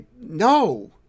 no